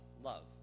love